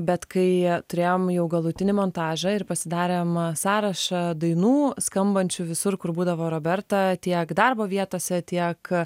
bet kai turėjom jau galutinį montažą ir pasidarėm sąrašą dainų skambančių visur kur būdavo roberta tiek darbo vietose tiek